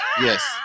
yes